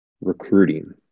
recruiting